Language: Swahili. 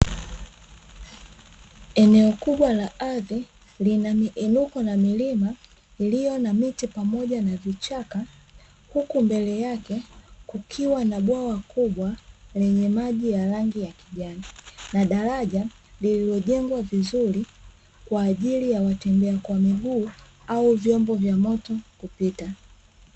Eneo kubwa la ardhi, lina miinuko na milima iliyo na miti pamoja na vichaka, huku mbele yake kukiwa na bwawa kubwa lenye maji ya rangi ya kijani, na daraja lililojengwa vizuri kwa ajili ya watembea kwa miguu, au vyombo vya moto kupita.